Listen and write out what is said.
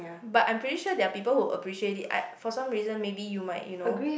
but I am pretty sure there are people who appreciate it I for some reason maybe you might you know